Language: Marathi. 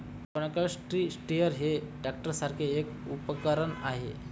मेकॅनिकल ट्री स्टिरर हे ट्रॅक्टरसारखेच एक उपकरण आहे